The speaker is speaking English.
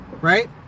Right